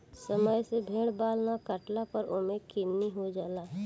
समय से भेड़ बाल ना काटला पर ओमे किलनी हो जाला